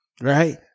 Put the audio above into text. right